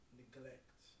neglect